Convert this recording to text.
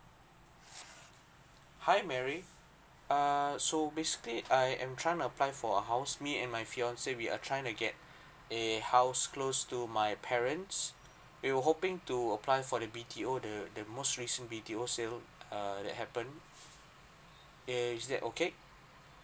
hi mary err so basically I am trying to apply for a house me and my fiancée we are trying to get a house close to my parents we were hoping to apply for the B_T_O the the most recent B_T_O sale err that happened is that okay